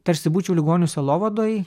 tarsi būčiau ligonių sielovadoj